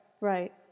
right